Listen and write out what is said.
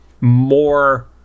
more